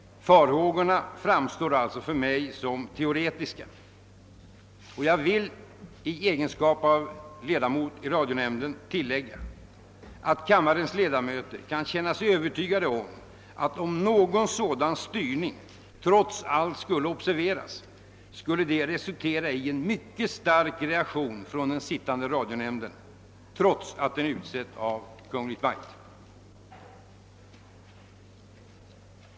För mig framstår alltså farhågorna som teoretiska. Jag vill också i egenskap av ledamot av radionämnden tillägga att kammarens ledamöter kan känna sig övertygade om att för den händelse en sådan styrning trots allt observerades, så skulle det resultera i en mycket stark reaktion från den sittande radionämnden, trots att denna utses av Kungl. Maj:t.